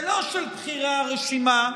ולא של בכירי הרשימה,